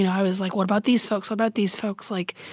and i was like, what about these folks? what about these folks? like,